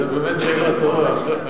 זו באמת שאלה טובה.